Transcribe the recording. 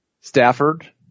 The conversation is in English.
Stafford